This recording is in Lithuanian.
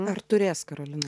ar turės karolina